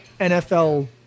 NFL